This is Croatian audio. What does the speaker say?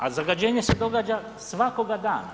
A zagađenje se događa svakoga dana.